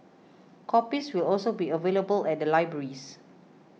copies will also be available at the libraries